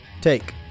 take